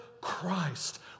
Christ